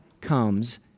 comes